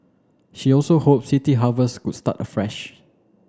she also hoped City Harvest could start afresh